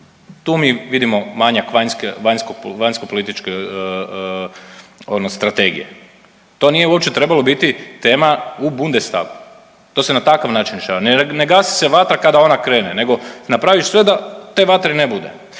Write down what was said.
Tu mi vidimo manjak vanjskopolitičke strategije. To nije uopće trebalo biti tema u Bundestagu, to je na takav način rješava. Ne gasi se vatra kada ona krene, nego napraviš sve da te vatre ne bude